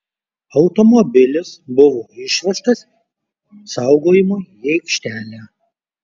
automobilis buvo išvežtas saugojimui į aikštelę